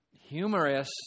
humorous